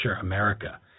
America